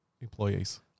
employees